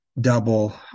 double